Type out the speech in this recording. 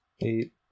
eight